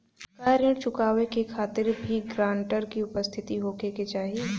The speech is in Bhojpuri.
का ऋण चुकावे के खातिर भी ग्रानटर के उपस्थित होखे के चाही?